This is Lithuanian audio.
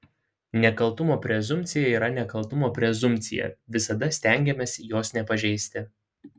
nekaltumo prezumpcija yra nekaltumo prezumpcija visada stengiamės jos nepažeisti